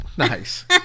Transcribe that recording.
Nice